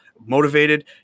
motivated